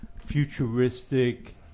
futuristic